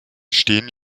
stehen